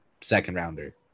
second-rounder